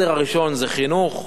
העדיפות הראשונה זה חינוך,